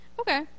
Okay